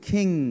King